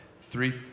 three